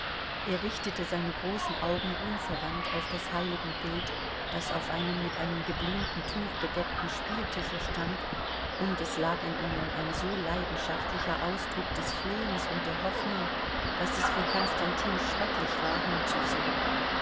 er richtete seine großen augen unverwandt auf das heiligenbild das auf einem mit einem geblümten tuch bedeckten spieltische stand und es lag in ihnen ein so leidenschaftlicher ausdruck des flehens und der hoffnung daß es für konstantin schrecklich war hinzusehen